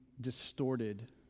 distorted